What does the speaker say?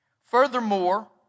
Furthermore